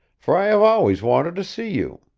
for i have always wanted to see you.